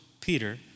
Peter